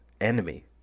enemy